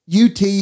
UT